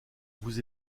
vous